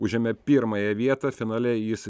užėmė pirmąją vietą finale jis